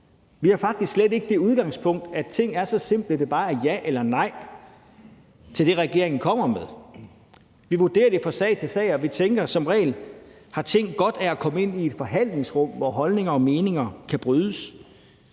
Vi har faktisk slet ikke det udgangspunkt, at ting er så simple, at det bare er ja eller nej til det, regeringen kommer med. Vi vurderer det fra sag til sag, og vi tænker, at ting som regel har godt af at komme ind i et forhandlingsrum, hvor holdninger og meninger kan brydes.